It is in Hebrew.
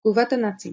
תגובת הנאצים